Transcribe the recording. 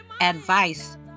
advice